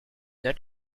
autre